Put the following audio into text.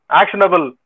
actionable